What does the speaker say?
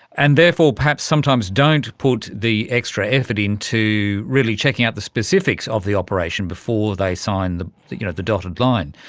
and therefore perhaps sometimes don't put the extra effort into really checking out the specifics of the operation before they sign the you know the dotted line.